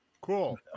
cool